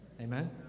Amen